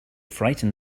frightened